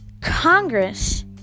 Congress